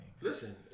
Listen